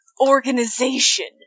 organization